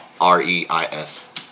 R-E-I-S